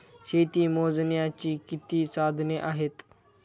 शेती मोजण्याची किती साधने आहेत?